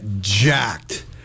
jacked